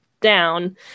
down